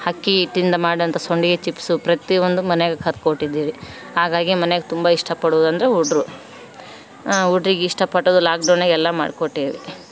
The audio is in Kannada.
ಅಕ್ಕಿ ತಂದು ಮಾಡಿದಂಥ ಸಂಡಿಗೆ ಚಿಪ್ಸು ಪ್ರತಿಯೊಂದು ಮನೆಯಾಗೆ ಕರ್ದು ಕೊಟ್ಟಿದ್ದೀವಿ ಹಾಗಾಗಿ ಮನೆಗೆ ತುಂಬ ಇಷ್ಟ ಪಡೋದಂದ್ರೆ ಹುಡ್ರು ಹುಡ್ರಿಗೆ ಇಷ್ಟ ಪಟ್ಟದ್ದು ಲಾಕ್ ಡೌನಾಗೆಲ್ಲ ಮಾಡ್ಕೊಟ್ಟೀವಿ